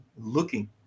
looking